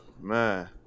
man